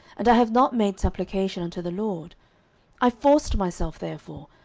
and i have not made supplication unto the lord i forced myself therefore,